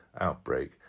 outbreak